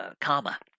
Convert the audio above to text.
Karma